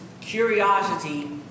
curiosity